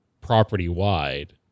property-wide